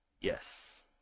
Yes